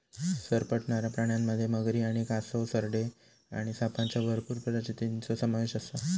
सरपटणाऱ्या प्राण्यांमध्ये मगरी आणि कासव, सरडे आणि सापांच्या भरपूर प्रजातींचो समावेश आसा